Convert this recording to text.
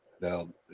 Now